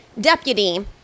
deputy